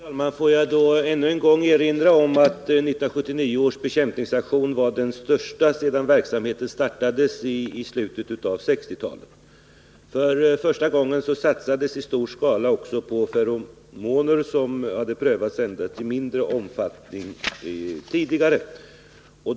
Herr talman! Får jag ännu en gång erinra om att 1979 års bekämpningsaktion var den största sedan verksamheten startades i slutet av 1960-talet. För första gången satsades i stor skala också på ferromoner, som hade prövats endast i mindre omfattning tidigare.